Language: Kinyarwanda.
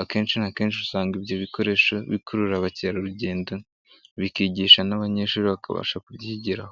akenshi akenshi usanga ibyo bikoresho bikurura ba mukerarugendo bikigisha n'abanyeshuri bakabasha kubyigiraho.